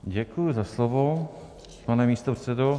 Děkuji za slovo, pane místopředsedo.